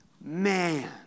man